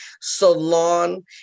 salon